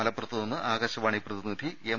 മലപ്പുറത്തുനിന്ന് ആകാശവാണി പ്രതിനിധി എം